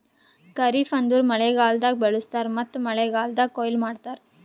ಖರಿಫ್ ಅಂದುರ್ ಮಳೆಗಾಲ್ದಾಗ್ ಬೆಳುಸ್ತಾರ್ ಮತ್ತ ಮಳೆಗಾಲ್ದಾಗ್ ಕೊಯ್ಲಿ ಮಾಡ್ತಾರ್